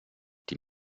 die